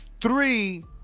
three